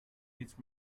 teach